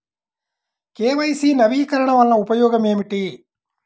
KYC నవీకరణ వలన ఉపయోగం ఏమిటీ?